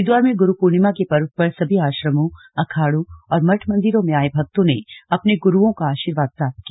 हरिद्वार में गुरुपूर्णिमा के पर्व पर सभी आश्रमों अखाड़ों और मठ मंदिरो में आये भक्तों ने अपने गुरुओं का आशीर्वाद प्राप्त किया